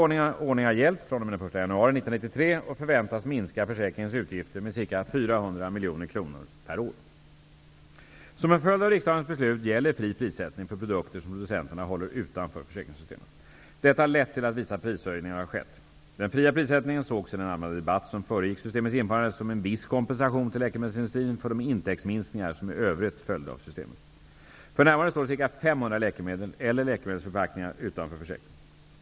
Denna ordning har gällt fr.o.m. den 1 januari 1993 och förväntas minska försäkringens utgifter med ca 400 miljoner kronor per år. Som en följd av riksdagens beslut gäller fri prissättning för produkter som producenterna håller utanför försäkringssystemet. Detta har lett till att vissa prishöjningar har skett. Den fria prissättningen sågs i den allmänna debatt som föregick systemets införande som en viss kompensation till läkemedelsindustrin för de intäktsminskningar som i övrigt följde av systemet. För närvarande står ca 500 läkemedel eller läkemedelsförpackningar utanför försäkringen.